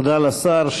תודה לשר.